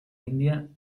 india